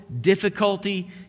difficulty